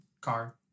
car